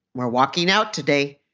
we're walking out today.